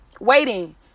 waiting